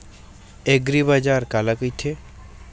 एग्रीबाजार काला कइथे?